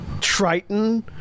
Triton